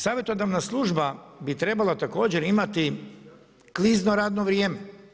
Savjetodavna služba bi trebala također imati klizno radno vrijeme.